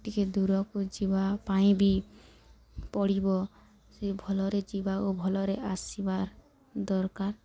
ଟିକେ ଦୂରକୁ ଯିବା ପାଇଁ ବି ପଡ଼ିବ ସେ ଭଲରେ ଯିବା ଓ ଭଲରେ ଆସିବାର ଦରକାର